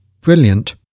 brilliant